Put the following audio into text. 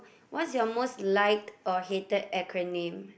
what's your most liked or hated acronym